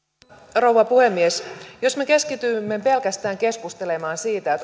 rouva puhemies jos me keskitymme pelkästään keskustelemaan siitä